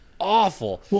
awful